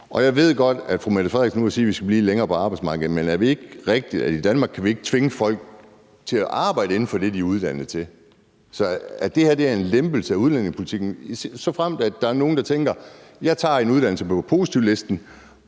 Jeg ved godt, at statsministeren vil sige, at vi skal blive længere på arbejdsmarkedet, men er det ikke rigtigt, at i Danmark kan vi ikke tvinge folk til at arbejde inden for det, de er uddannet til. Så er det her ikke en lempelse af udlændingepolitikken, såfremt der er nogen, der tænker: Jeg tager en uddannelse på positivlisten,